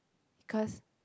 cause